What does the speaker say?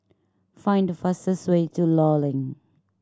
find the fastest way to Law Link